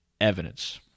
evidence